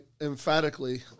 emphatically